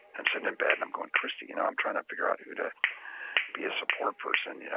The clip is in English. i'm sitting in bed and i'm going, christy, you know, i'm trying to figure out who to be a support person, you know,